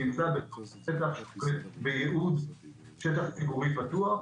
נמצא בתוך שטח שהוא לייעוד שטח ציבורי פתוח,